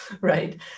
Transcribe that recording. right